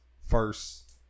first